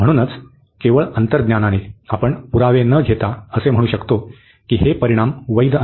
म्हणूनच केवळ अंतर्ज्ञानाने आपण पुरावे न घेता असे म्हणू शकतो की हे परिणाम वैध आहेत